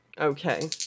okay